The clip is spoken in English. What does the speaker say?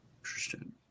Interesting